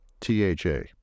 T-H-A